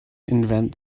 invent